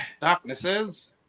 Darknesses